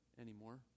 anymore